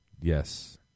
Yes